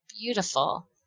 beautiful